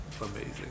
amazing